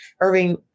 Irving